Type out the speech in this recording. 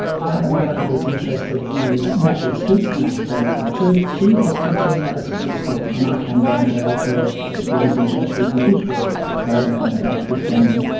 i had a mother who was interested in natural history and a um grandfather too. she was teaching at a spring school and i came down to help her catch birds and show people bush birds. so i would have been about fifteen then.